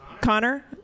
Connor